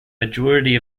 majority